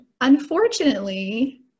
Unfortunately